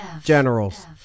Generals